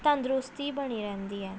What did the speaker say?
ਤੰਦਰੁਸਤੀ ਬਣੀ ਰਹਿੰਦੀ ਹੈ